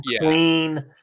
clean